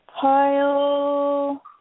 pile